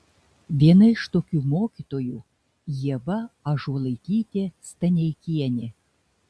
viena iš tokių mokytojų ieva ąžuolaitytė staneikienė